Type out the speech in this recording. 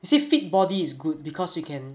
is it fit body is good because you can